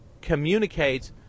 communicate